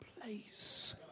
place